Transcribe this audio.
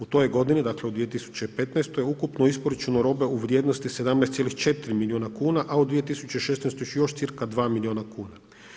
U toj je godini, dakle u 2015. ukupno isporučeno robe u vrijednosti 17,4 milijuna kuna, a u 2016. još cirka 2 milijuna kuna.